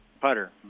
Putter